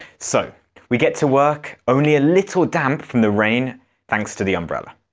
so we get to work, only a little damp from the rain thanks to the umbrella.